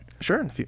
Sure